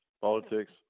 politics